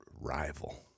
rival